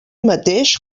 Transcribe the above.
mateix